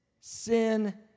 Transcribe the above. sin